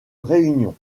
réunion